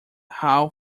how